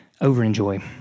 over-enjoy